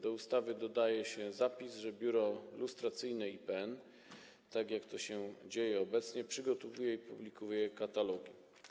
Do ustawy dodaje się zapis, że Biuro Lustracyjne IPN - tak jak się to dzieje obecnie - przygotowuje i publikuje katalogi.